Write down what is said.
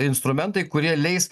instrumentai kurie leis